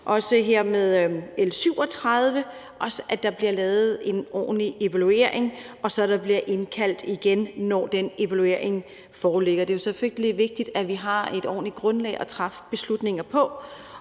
altså at der også bliver lavet en ordentlig evaluering dér, og at der bliver indkaldt til forhandling igen, når den evaluering foreligger. Det er selvfølgelig vigtigt, at vi har et ordentligt grundlag at træffe beslutninger på.